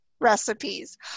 recipes